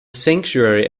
sanctuary